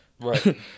Right